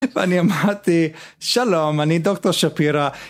ואני אמרתי, שלום, אני דוקטור שפירא.